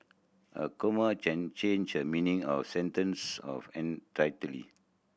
a comma can change the meaning of a sentence of